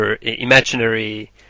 imaginary